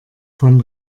von